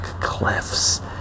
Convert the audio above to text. cliffs